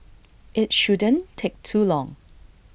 IT shouldn't take too long